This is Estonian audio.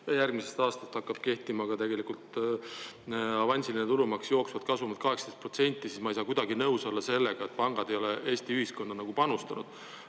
järgmisest aastast hakkab kehtima ka tegelikult avansiline tulumaks jooksvalt kasumilt 18%, siis ma ei saa kuidagi nõus olla sellega, et pangad ei ole Eesti ühiskonda panustanud.